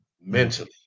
mentally